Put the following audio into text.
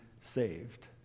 saved